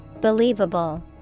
Believable